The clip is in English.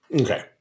Okay